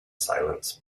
silence